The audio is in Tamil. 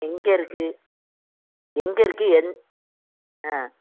எங்கே இருக்குது எங்கே இருக்குது எந் ஆ